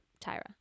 Tyra